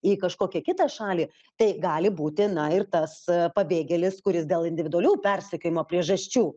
į kažkokią kitą šalį tai gali būti na ir tas pabėgėlis kuris dėl individualių persekiojimo priežasčių